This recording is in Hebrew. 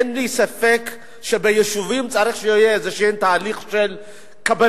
אין לי ספק שביישובים צריך שיהיה איזה תהליך של קבלה.